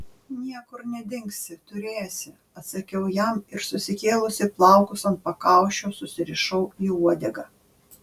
niekur nedingsi turėsi atsakiau jam ir susikėlusi plaukus ant pakaušio susirišau į uodegą